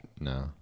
No